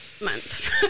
month